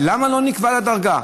ולמה לא נקבעה לה דרגה?